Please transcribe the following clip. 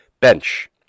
bench